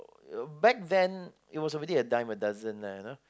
back then it was already a dime a dozen lah you know